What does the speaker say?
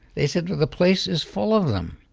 they said the place is full of them.